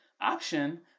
option